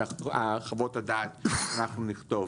חוות הדעת שאנחנו נכתוב.